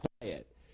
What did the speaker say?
quiet